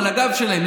על הגב שלהם.